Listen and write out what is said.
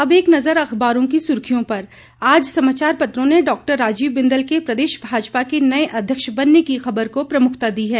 अब एक नजर अखबारों की सुर्खियों पर आज समाचार पत्रों ने डॉ राजीव बिंदल के प्रदेश भाजपा के नए अध्यक्ष बनने की खबर को प्रमुखता दी है